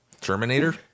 Terminator